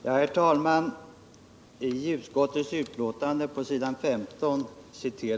Herr talman! I utskottets betänkande citeras på s. 15 delar av motionen.